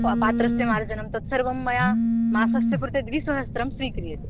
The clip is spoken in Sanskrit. पा पात्रस्य मार्जनं तत् सर्वं मया मासस्य कृते द्विसहस्रं स्वीक्रियते